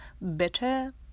better